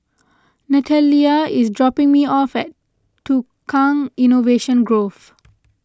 Natalya is dropping me off at Tukang Innovation Grove